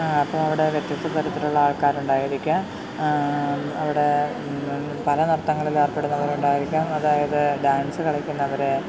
അപ്പോൾ ഇവിടെ വ്യത്യസ്തത തരത്തിലുള്ള ആൾക്കാർ ഉണ്ടായിരിക്കാം അവിടെ പല നൃർത്തങ്ങളിൽ ഏർപ്പെടുന്നവർ ഉണ്ടായിരിക്കാം അതായത് ഡാൻസ് കളിക്കുന്നവർ